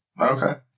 Okay